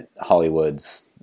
Hollywood's